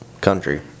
country